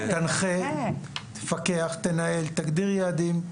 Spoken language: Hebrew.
ועדת היגוי תנחה, תפקח, תנהל, תגדיר יעדים.